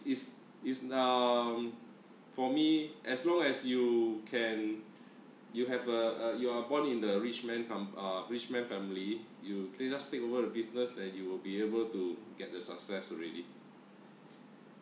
is is na~ um for me as long as you can you have uh uh you are born in the rich man comp~ ah rich man family you just take over the business and you will be able to get the success already